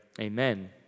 Amen